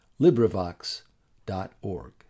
LibriVox.org